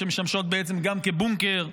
שמשמשות בעצם גם כבונקר.